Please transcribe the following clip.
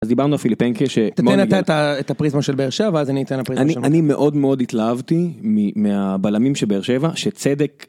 דיברנו על פיליפנקי שתיתן אתה את הפריזמה של באר שבע ואז אני אתן אני אני מאוד מאוד התלהבתי מהבלמים של באר שבע, שצדק.